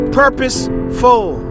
purposeful